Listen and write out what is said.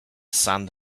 sand